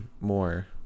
more